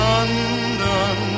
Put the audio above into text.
London